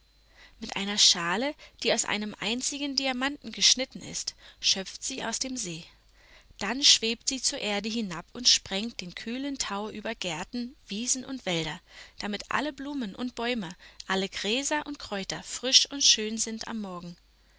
mit einer schale die aus einem einzigen diamanten geschnitten ist schöpft sie aus dem see dann schwebt sie zur erde hinab und sprengt den kühlen tau über gärten wiesen und wälder damit alle blumen und bäume alle gräser und kräuter frisch und schön sind am morgen